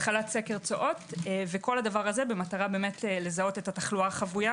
התחלת סקר צואות וכל הדבר הזה כדי לזהות את התחלואה החבויה